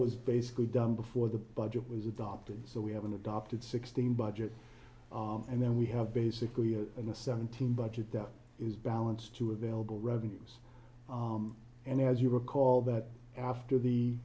was basically done before the budget was adopted so we have an adopted sixteen budget and then we have basically zero in the seventeen budget that is balanced to available revenues and as you recall that after the